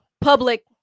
public